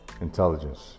intelligence